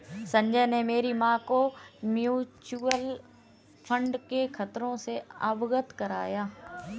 संजय ने मेरी मां को म्यूचुअल फंड के खतरों से अवगत कराया